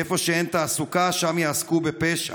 איפה שאין תעסוקה, שם יעסקו בפשע.